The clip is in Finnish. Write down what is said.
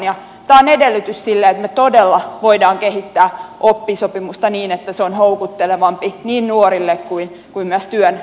tämä on edellytys sille että me todella voimme kehittää oppisopimusta niin että se on houkuttelevampi niin nuorille kuin myös työnantajille